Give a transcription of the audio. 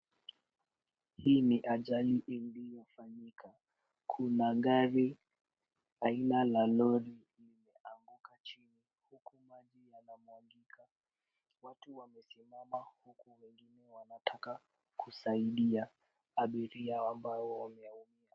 Hii ni ajali iliyofanyika. Kuna gari aina ya lori limeanguka chini, huku maji yanamwagika. Watu wamesimama huku wengine wanataka kusaidia abiria ambao wameumia.